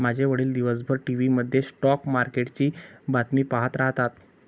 माझे वडील दिवसभर टीव्ही मध्ये स्टॉक मार्केटची बातमी पाहत राहतात